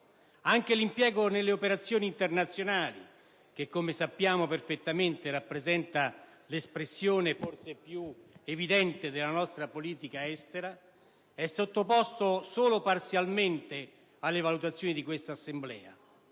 Anche l'impiego nelle operazioni internazionali, che come sappiamo perfettamente rappresenta l'espressione forse più evidente della nostra politica estera, è sottoposto solo parzialmente alle valutazioni di quest'Assemblea.